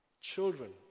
children